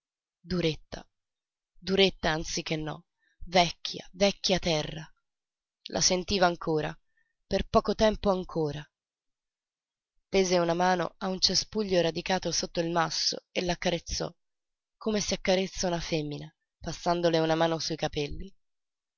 duretta duretta anzichenò vecchia vecchia terra la sentiva ancora per poco tempo ancora tese una mano a un cespuglio radicato sotto il masso e l'accarezzò come si accarezza una femmina passandole una mano su i capelli